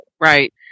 Right